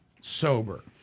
sober